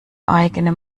eigene